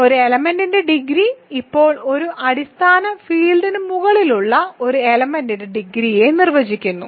ഒരു എലമെന്റിന്റെ ഡിഗ്രി ഇപ്പോൾ ഒരു അടിസ്ഥാന ഫീൽഡിനു മുകളിലുള്ള ഒരു എലമെന്റിന്റെ ഡിഗ്രിയെ നിർവചിക്കുന്നു